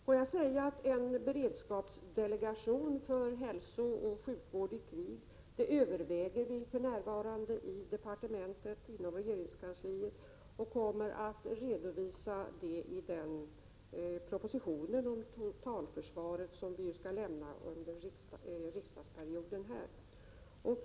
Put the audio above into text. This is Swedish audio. Låt mig tillägga att en beredskapsdelegation för hälsooch sjukvård i krig 31 övervägs för närvarande inom departementet och i regeringskansliet. Resultatet av dessa överväganden kommer att redovisas i den proposition om totalförsvaret som skall läggas fram under innevarande riksdagsperiod.